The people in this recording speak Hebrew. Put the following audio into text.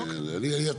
כי,